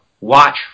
watch